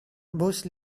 bush